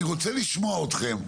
אני רוצה לשמוע אתכם.